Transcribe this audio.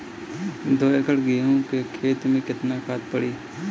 दो एकड़ गेहूँ के खेत मे केतना खाद पड़ी?